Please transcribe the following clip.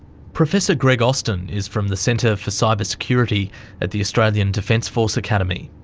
professor greg austin is from the centre for cybersecurity at the australian defence force academy.